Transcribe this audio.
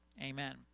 Amen